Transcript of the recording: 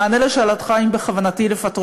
במענה על שאלתך אם בכוונתי לפטרו,